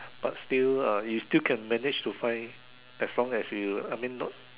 but still uh you still can manage to find as long as you I mean not